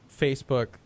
Facebook